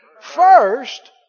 first